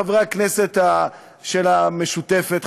חברי הכנסת של המשותפת,